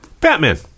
Batman